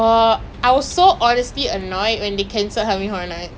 oh yeah end of the year for the universal studios or whatever right